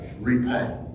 repay